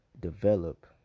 develop